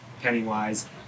Pennywise